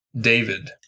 David